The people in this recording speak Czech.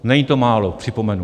Není to málo, připomenu.